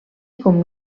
com